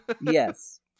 yes